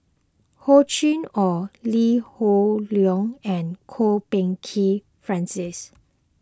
Hor Chim or Lee Hoon Leong and Kwok Peng Kin Francis